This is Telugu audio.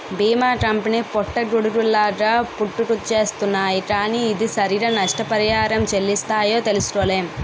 బీమా కంపెనీ పుట్టగొడుగుల్లాగా పుట్టుకొచ్చేస్తున్నాయ్ కానీ ఏది సరిగ్గా నష్టపరిహారం చెల్లిస్తాయో తెలుసుకోలేము